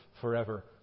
forever